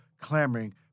clamoring